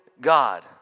God